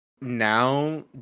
now